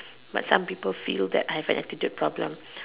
but somebody feel that I have a attitude problem